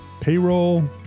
Payroll